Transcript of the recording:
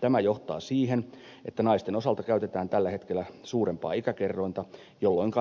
tämä johtaa siihen että naisten osalta käytetään tällä hetkellä suurempaa ikäkerrointa jolloin